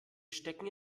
stecken